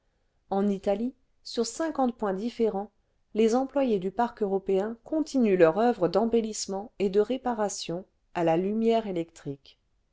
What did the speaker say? en italie sur cinquante points différents les employés du parc européen continuent leur oeuvre d'embellissement et de le vingtième siècle réparation à la lumière électrique